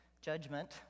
judgment